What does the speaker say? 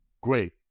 Great